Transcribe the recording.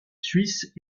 suisse